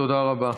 תודה רבה.